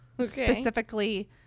Specifically